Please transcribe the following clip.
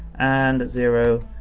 and zero,